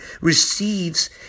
receives